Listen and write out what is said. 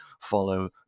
follow